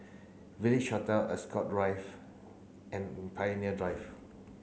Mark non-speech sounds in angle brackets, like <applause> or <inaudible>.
Village Hotel Ascot <unintelligible> and Pioneer Drive